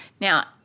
Now